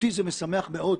העניין משמח אותי מאוד.